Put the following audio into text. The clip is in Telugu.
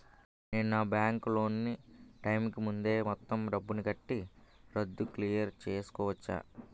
నేను నా బ్యాంక్ లోన్ నీ టైం కీ ముందే మొత్తం డబ్బుని కట్టి రద్దు క్లియర్ చేసుకోవచ్చా?